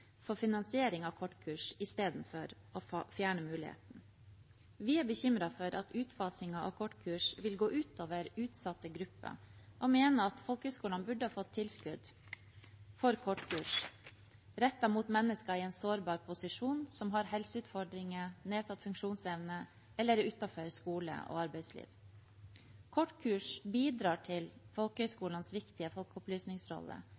for finansiering av kortkurs istedenfor å fjerne muligheten. Vi er bekymret for at utfasingen av kortkurs vil gå ut over utsatte grupper, og mener at folkehøyskolene burde fått tilskudd for kortkurs rettet inn mot mennesker i en sårbar posisjon, som har helseutfordringer, nedsatt funksjonsevne eller er utenfor skole og arbeidsliv. Kortkurs bidrar til